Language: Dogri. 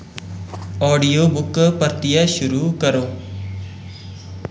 आडियो बुक परतियै शुरू करो